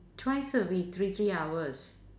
twice a week three three hours